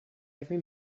every